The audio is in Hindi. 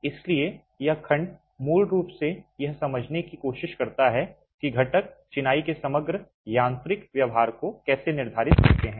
इसलिए यह खंड मूल रूप से यह समझने की कोशिश करता है कि घटक चिनाई के समग्र यांत्रिक व्यवहार को कैसे निर्धारित करते हैं